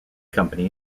company